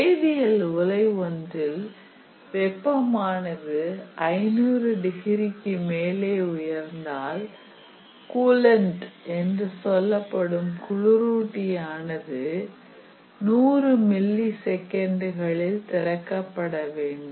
வேதியல் உலை ஒன்றில் வெப்பமானது 500 டிகிரிக்கு மேலே உயர்ந்தால் கூலன்ட் என்று சொல்லப்படும் குளிரூட்டி ஆனது 100 மில்லி செகண்டுகளில் திறக்கப்பட வேண்டும்